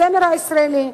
הזמר הישראלי,